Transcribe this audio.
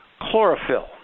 chlorophyll